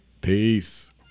Peace